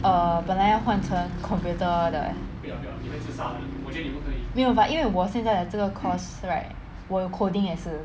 err 本来要换成 computer 的 leh 没有 but 因为我现在的这个 course right 我有 coding 也是